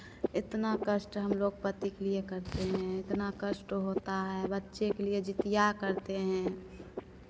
इतना कष्ट हम लोग पति के लिए करते हैं इतना कष्ट होता है बच्चे के लिए जितिया करते हैं